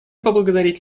поблагодарить